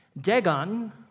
Dagon